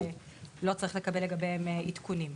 ושלא צריך לקבל לגביהם עדכונים.